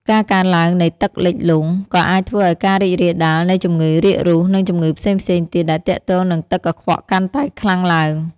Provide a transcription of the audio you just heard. ការកើនឡើងនៃទឹកលិចលង់ ក៏អាចធ្វើឲ្យការរីករាលដាលនៃជំងឺរាករូស និងជំងឺផ្សេងៗទៀតដែលទាក់ទងនឹងទឹកកខ្វក់កាន់តែខ្លាំងឡើង។